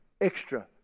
Extra